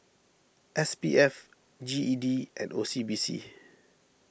S P F G E D and O C B C